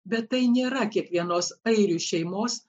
bet tai nėra kiekvienos airių šeimos